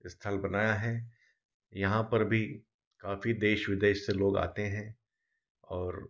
स्थल बनाया है यहाँ पर भी काफी देश विदेश से लोग आते हैं और